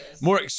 More